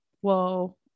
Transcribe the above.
whoa